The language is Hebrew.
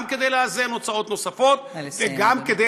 גם כדי לאזן הוצאות נוספות וגם כדי